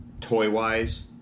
Toy-wise